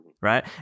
right